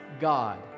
God